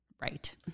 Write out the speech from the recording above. right